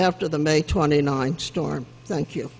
after the may twenty ninth storm thank you